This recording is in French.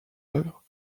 œuvre